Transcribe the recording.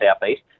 southeast